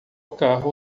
carro